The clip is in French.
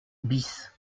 bis